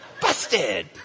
busted